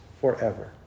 forever